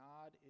God